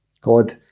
God